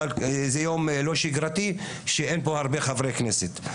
אבל זה יום לא שגרתי שאין פה הרבה חברי כנסת.